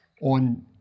on